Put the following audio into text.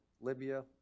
Libya